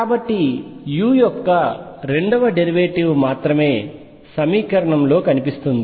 కాబట్టి u యొక్క రెండవ డెరివేటివ్ మాత్రమే సమీకరణంలో కనిపిస్తుంది